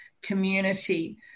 community